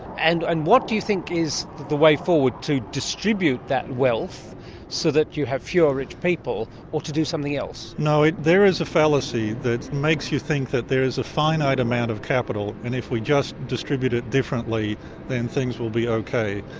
and and what do you think is the way forward to distribute that wealth so that you have fewer rich people or to do something else? no, there is a fallacy that makes you think that there is a finite amount of capital and if we just distribute it differently then things will be ok.